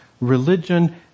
religion